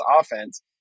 offense